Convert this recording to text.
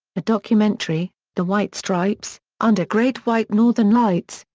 a documentary, the white stripes under great white northern lights,